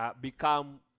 become